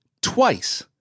twice